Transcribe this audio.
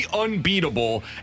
unbeatable